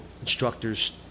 instructors